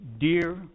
dear